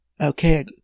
okay